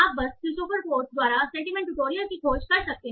आप बस Christopher Potts द्वारा सेंटीमेंट ट्यूटोरियल की खोज कर सकते हैं